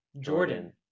jordan